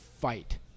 fight